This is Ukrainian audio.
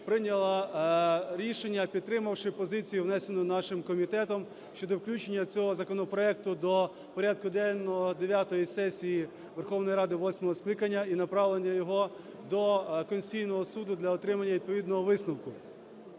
прийняла рішення, підтримавши позицію, внесену нашим комітетом, щодо включення цього законопроекту до порядку денного дев'ятої сесії Верховної Ради восьмого скликання і направлення його до Конституційного Суду для отримання відповідного висновку.